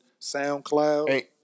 SoundCloud